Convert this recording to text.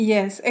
Yes